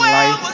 life